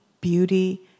beauty